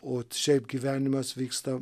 o šiaip gyvenimas vyksta